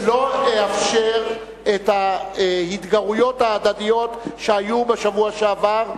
לא אאפשר את ההתגרויות ההדדיות שהיו בשבוע שעבר,